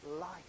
life